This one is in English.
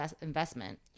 investment